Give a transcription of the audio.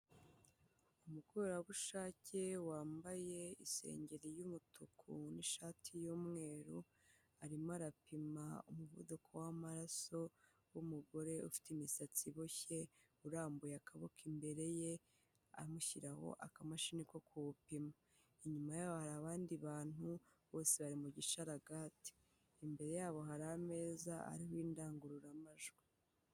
Umukorerabushake wambaye isengeri y'umutuku nishati y'umweru, arimo arapima umuvuduko w'amaraso w'umugore ufite imisatsi iboshye urambuye akaboko imbere ye amushyiraho akamashini ko kuwupima, inyuma yabo hari abandi bantu bose bari mu gishararagate, imbere yabo hari ameza ariho indangururamajwi.